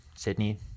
Sydney